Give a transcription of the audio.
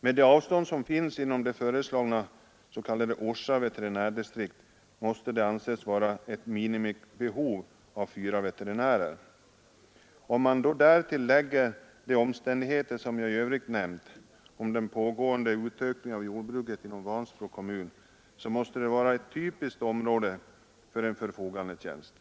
Med de avstånd som finns inom det föreslagna s.k. Orsa veterinärdistrikt måste det anses vara ett minimibehov av fyra veterinärer. Om man därtill lägger de omständigheter som jag i övrigt nämnt om den pågående utökningen av jordbruket inom Vansbro kommun, så måste det anses vara ett typiskt område för en förfogandetjänst.